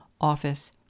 office